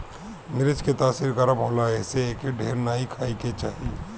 मरीच के तासीर गरम होला एसे एके ढेर नाइ खाए के चाही